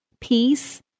peace